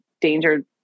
danger